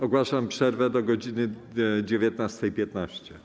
Ogłaszam przerwę do godz. 19.15.